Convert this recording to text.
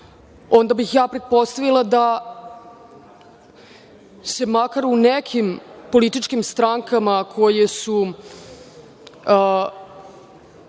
onda bih pretpostavila da se makar u nekim političkim strankama koje su